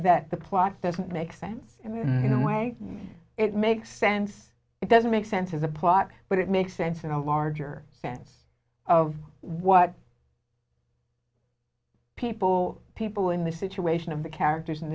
that the plot doesn't make sense in the way it makes sense it doesn't make sense of the plot but it makes sense in a larger sense of what people people in the situation of the characters in